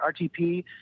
RTP